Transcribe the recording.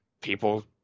people